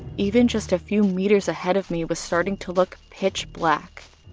even just a few meters ahead of me was starting to look pitch black.